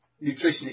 nutrition